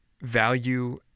value